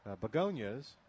begonias